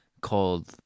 called